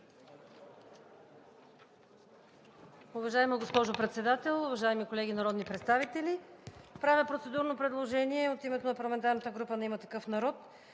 Уважаема госпожо Председател, уважаеми колеги народни представители! Правя процедурно предложение от името на парламентарната група „Има такъв народ“